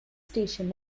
station